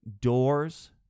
doors